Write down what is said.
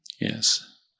Yes